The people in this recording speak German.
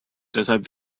deshalb